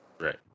right